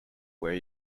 where